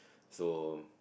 so